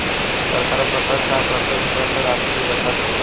सरकार प्रत्यक्ष आ अप्रत्यक्ष कर से राशि के इकट्ठा करेले